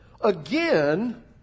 Again